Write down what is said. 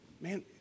Man